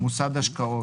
"מוסד השקעות"